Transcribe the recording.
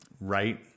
Right